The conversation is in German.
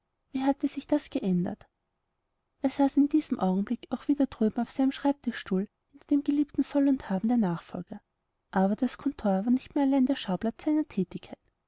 wie hatte sich das geändert er saß in diesem augenblick auch wieder drüben auf seinem schreibstuhl hinter dem geliebten soll und haben der nachfolger aber das kontor war nicht mehr allein der schauplatz seiner thätigkeit